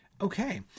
Okay